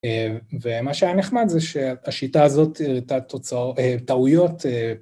ומה שהיה נחמד זה שהשיטה הזאת הראתה טעוייות.